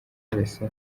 wese